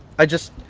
i just.